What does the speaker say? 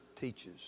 teaches